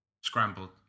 Scrambled